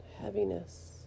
heaviness